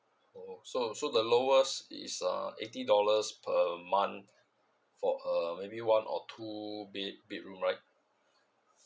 uh so so the lowest is uh eighty dollars per month for uh maybe one or two bed~ bedroom right